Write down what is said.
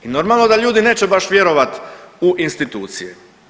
I normalno da ljudi neće baš vjerovati u institucije.